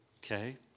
Okay